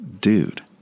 dude